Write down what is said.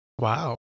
Wow